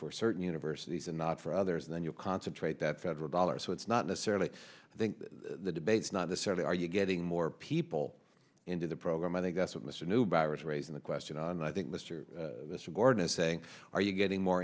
for certain universities and not for others and then you concentrate that federal dollars so it's not necessarily i think the debates not necessarily are you getting more people into the program i think that's what mr new barracks raising the question and i think mr gordon is saying are you getting more